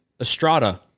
Estrada